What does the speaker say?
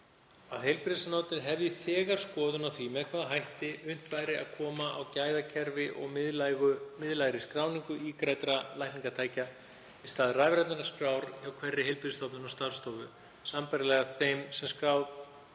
að heilbrigðisráðuneytið hefji þegar skoðun á því með hvaða hætti unnt væri að koma á gæðakerfi og miðlægri skráningu ígræddra lækningatækja í stað rafrænnar skrár hjá hverri heilbrigðisstofnun og starfsstofu, sambærilega þeim skrám